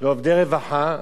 לעובדי רווחה,